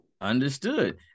understood